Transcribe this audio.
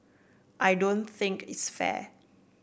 I don't think it's fair